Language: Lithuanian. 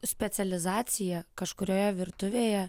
specializacija kažkurioje virtuvėje